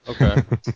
okay